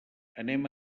anem